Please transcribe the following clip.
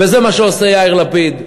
וזה מה שעושה יאיר לפיד.